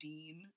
Dean